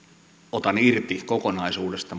otan irti kokonaisuudesta